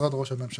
במשרד ראש הממשלה